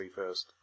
first